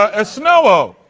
ah snow-o.